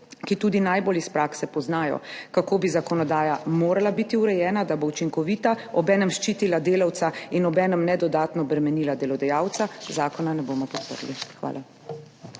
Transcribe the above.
ki tudi najbolj iz prakse poznajo, kako bi zakonodaja morala biti urejena, da bo učinkovita, obenem ščitila delavca in ne dodatno bremenila delodajalca, zakona ne bomo podprli. Hvala.